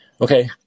Okay